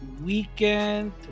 weekend